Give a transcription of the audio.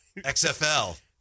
XFL